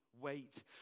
wait